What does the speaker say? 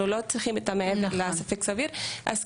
אנחנו לא צריכים את ה-מעבר לספק סביר.